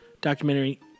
documentary